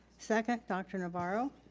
second, dr. navarro,